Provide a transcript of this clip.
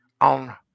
on